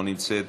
לא נמצאת,